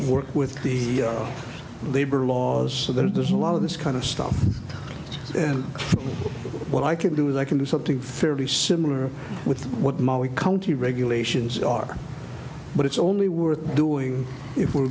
work with the labor laws so there's a lot of this kind of stuff and what i can do is i can do something fairly similar with what molly county regulations are but it's only worth doing if we're